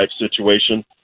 situation